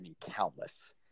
countless